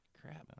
Crap